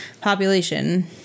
population